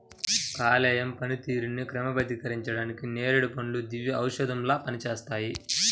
కాలేయం పనితీరుని క్రమబద్ధీకరించడానికి నేరేడు పండ్లు దివ్యౌషధంలా పనిచేస్తాయి